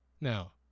Now